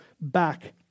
back